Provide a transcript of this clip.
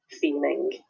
feeling